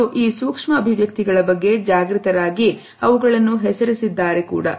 ಅವರು ಈ ಸೂಕ್ಷ್ಮ ಅಭಿವ್ಯಕ್ತಿಗಳ ಬಗ್ಗೆ ಜಾಗೃತರಾಗಿ ಅವುಗಳನ್ನು ಹೆಸರಿಸಿದ್ದಾರೆ ಕೂಡ